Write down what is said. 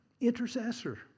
intercessor